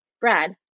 Brad